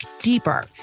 deeper